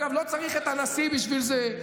אגב, לא צריך את הנשיא בשביל זה,